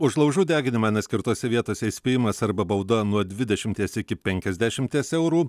už laužų deginimą neskirtose vietose įspėjimas arba bauda nuo dvidešimties iki penkiasdešimties eurų